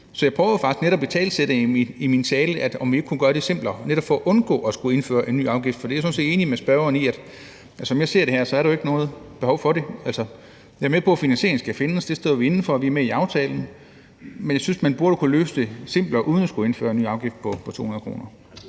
Så jeg prøvede faktisk netop i min tale at italesætte spørgsmålet, om vi ikke kunne gøre det simplere netop for at undgå at skulle indføre en ny afgift. For jeg er sådan set enig med spørgeren i, at der jo, som jeg ser det her, ikke er noget behov for det. Jeg er med på, at finansieringen skal findes – det står vi inde for, og vi er med i aftalen – men jeg synes, man burde kunne løse det simplere uden at skulle indføre en ny afgift på 200 kr.